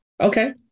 Okay